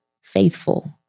faithful